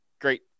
great